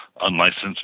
unlicensed